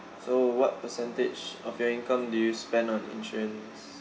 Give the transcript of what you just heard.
so what percentage of your income do you spend on insurance